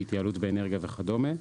התייעלות באנרגיה וכדומה,